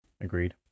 Agreed